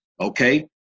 okay